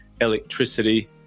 electricity